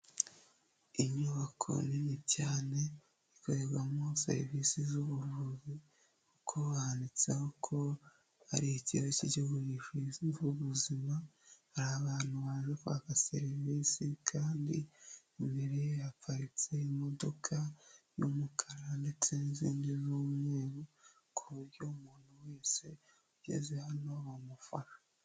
Inyubako nini cyane ikorerwamo serivisi z'ubuvuzi kuko handitseho ko ari ikigo cy'igihugu gishinzwe ubuzima, hari abantu baje kwaka serivisi kandi imbere haparitse imodoka y'umukara ndetse n'izindi z'umweru ku buryo umuntu wese ugeze hano bamufasha.